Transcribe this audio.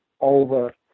over